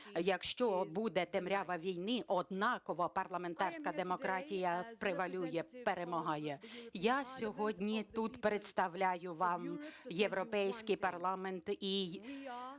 якщо буде темрява війни, однаково парламентська демократія превалює, перемагає. Я сьогодні тут представляю вам Європейський парламент